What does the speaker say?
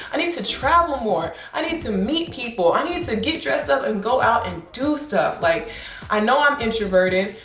i need to travel more. i need to meet people. i need to get dressed up and go out and do stuff. like i know i'm introverted.